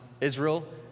Israel